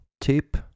tip